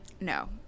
no